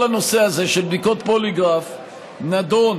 כל הנושא הזה של בדיקות פוליגרף נדון